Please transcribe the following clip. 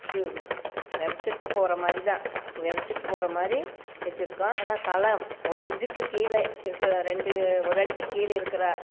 இது வெதைச்சிட்டு போகிற மாதிரிதான் வெதைச்சிட்டு போகிற மாதிரி வைச்சிருக்கோம் ஆனால் கலம் ஒரு இன்ஞ்சுக்கு கீழே இருக்கிற ரெண்டு ஒரு அடிக்கு கீழே இருக்கிற